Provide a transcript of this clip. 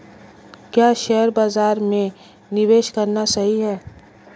क्या शेयर बाज़ार में निवेश करना सही है?